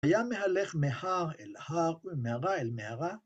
‫היה מהלך מהר אל הר, ממערה אל מערה.